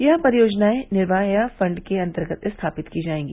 यह परियोजनाएं निर्मया फंड के अन्तर्गत स्थापित की जायेंगी